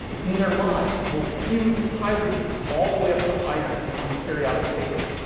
in their lives, will fuse hydrogen all the way up to iron on the periodic table.